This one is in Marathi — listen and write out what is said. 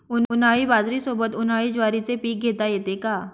उन्हाळी बाजरीसोबत, उन्हाळी ज्वारीचे पीक घेता येते का?